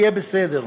יהיה בסדר.